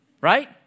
right